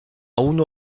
uno